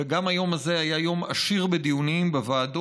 וגם היום הזה היה יום עשיר בדיונים בוועדות,